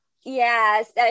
yes